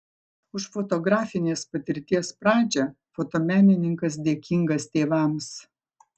už fotografinės patirties pradžią fotomenininkas dėkingas tėvams